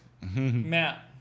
Matt